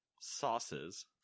sauces